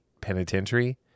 Penitentiary